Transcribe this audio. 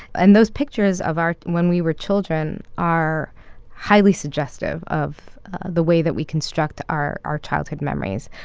and those pictures of our when we were children are highly suggestive of the way that we construct our our childhood memories.